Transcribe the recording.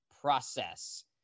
process